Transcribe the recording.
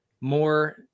more